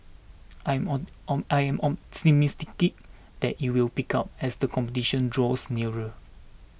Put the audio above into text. I am on on I am optimistic that it will pick up as the competition draws nearer